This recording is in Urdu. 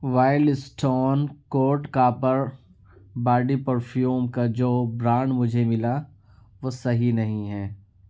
wild Stone Code Copper body perfume کا جو برانڈ مجھے ملا وہ صحیح نہیں ہے